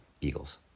Eagles